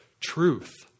truth